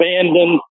abandoned